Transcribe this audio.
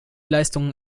leistungen